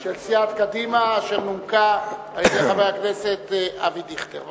של סיעת קדימה אשר נומקה על-ידי חבר הכנסת אבי דיכטר.